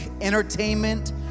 entertainment